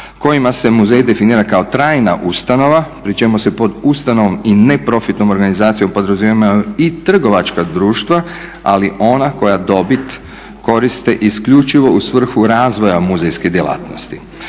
kojima se muzej definira kao trajna ustanova pri čemu se pod ustanovom i neprofitnom organizacijom podrazumijevaju i trgovačka društva ali ona koja dobit koriste isključivo u svrhu razvoja muzejske djelatnosti